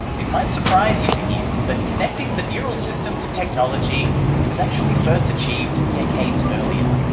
it might surprise you to hear that connecting the neural system to technology was actually first achieved decades earlier.